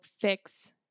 fix